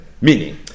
Meaning